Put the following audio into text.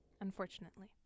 unfortunately